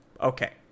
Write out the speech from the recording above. okay